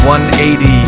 180